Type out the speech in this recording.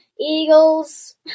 eagles